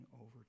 over